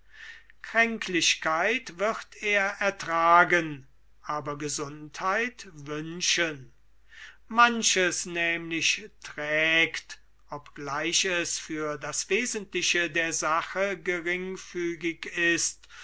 kränklichkeit wird er ertragen aber gesundheit wünschen manches nämlich trägt obgleich es für das wesentliche der sache geringfügig ist